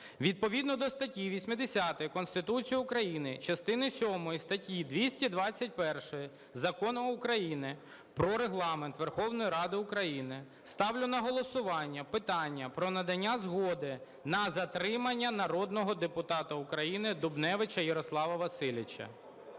Відповідно до статті 80 Конституції України, частини сьомої статті 221 Закону України "Про Регламент Верховної Ради України" ставлю на голосування питання про надання згоди на затримання народного депутата України Дубневича Ярослава Васильовича.